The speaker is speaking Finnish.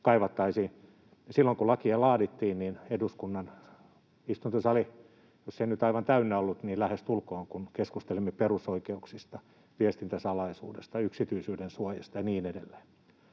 Silloin kun lakia laadittiin, eduskunnan istuntosali, jos ei nyt aivan täynnä ollut, niin lähestulkoon, kun keskustelimme perusoikeuksista, viestintäsalaisuudesta, yksityisyyden suojasta ja niin edelleen.